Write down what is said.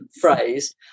phrase